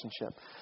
relationship